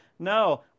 No